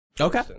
Okay